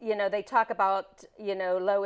you know they talk about you